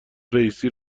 رییسی